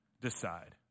decide